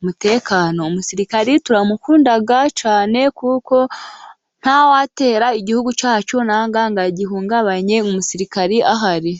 umutekano, umusirikare turamukunda cyane kuko ntawatera igihugu cyacu cyangwa agihungabanye umusirikare ahari.